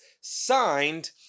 signed